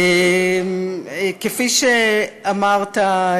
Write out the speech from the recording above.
כפי שאמרת,